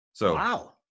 Wow